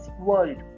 world